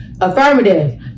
affirmative